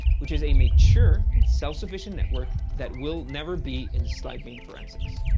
which is a mature and self-sufficient network that will never be in slidebean forensics.